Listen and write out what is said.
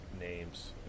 names